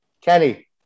Kenny